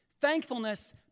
Thankfulness